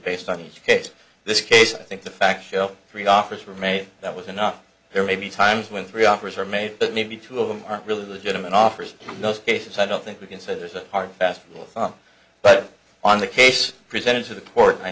based on these cases this case i think the fact show three offers were made that was enough there may be times when three offers are made but maybe two of them aren't really legitimate offers those cases i don't think we can say there's a hard fast rule of thumb but on the case presented to the port i